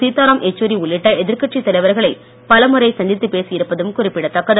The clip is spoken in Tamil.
சீத்தாராம் எச்சூரி உள்ளிட்ட எதிர்கட்சித் தலைவர்களை பலமுறை சந்தித்துப் பேசியிருப்பதும் குறிப்பிடத்தக்கது